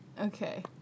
Okay